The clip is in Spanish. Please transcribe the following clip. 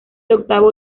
octavo